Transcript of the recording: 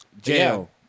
Jail